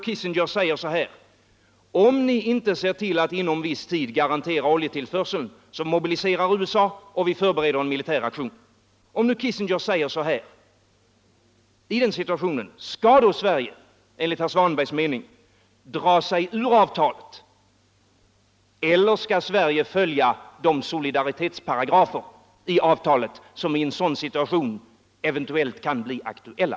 Kissinger säger: Om ni inte ser till att inom en viss tid garantera oljetillförseln mobiliserar USA och förbereder en militär aktion. Om nu Kissinger säger på detta sätt i den tänkta situationen, skall då Sverige enligt herr Svanbergs mening dra sig ur avtalet eller skall Sverige följa de solidaritetsparagrafer i avtalet som i en sådan situation eventuellt kan bli aktuella?